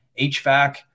HVAC